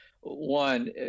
One